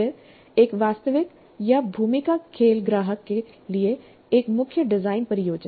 फिर एक वास्तविक या भूमिका खेल ग्राहक के लिए एक मुख्य डिज़ाइन परियोजना